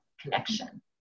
connection